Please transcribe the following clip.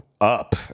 up